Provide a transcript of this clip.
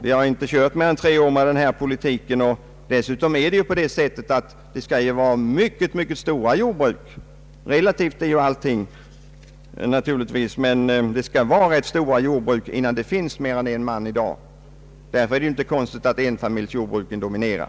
Vi har inte fört denna politik i mer än tre år, och dessutom måste det ju vara rätt stora jordbruk — även om allting visserligen är relativt — innan det finns någon anställd i dag. Det är därför inte särskilt underligt att enfamiljsjordbruken ännu dominerar.